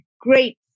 great